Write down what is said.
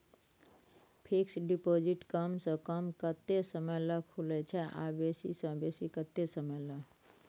Fixed deposit कम स कम कत्ते समय ल खुले छै आ बेसी स बेसी केत्ते समय ल?